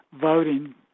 voting